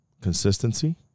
consistency